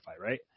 right